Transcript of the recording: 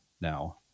now